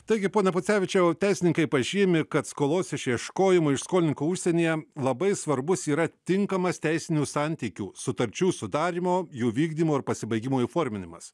taigi pone pocevičiau teisininkai pažymi kad skolos išieškojimui iš skolininko užsienyje labai svarbus yra tinkamas teisinių santykių sutarčių sudarymo jų vykdymo ir pasibaigimo įforminimas